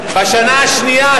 בשנה השנייה,